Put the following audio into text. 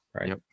right